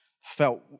felt